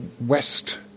west